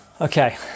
Okay